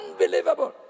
unbelievable